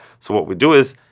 so what we do is,